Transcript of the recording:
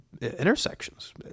intersections